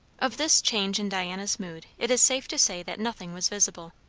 of this change in diana's mood it is safe to say that nothing was visible.